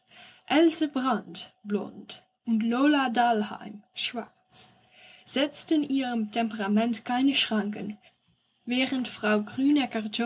else brandt blond und lola dahlheim schwarz setzten ihrem temperament keine schranken während frau